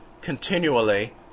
continually